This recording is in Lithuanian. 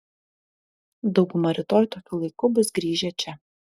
dauguma rytoj tokiu laiku bus grįžę čia